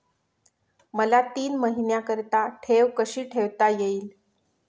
मला तीन महिन्याकरिता ठेव कशी ठेवता येईल?